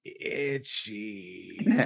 itchy